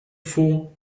vor